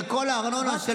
זה מה שזה אומר.